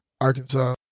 Arkansas